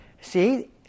See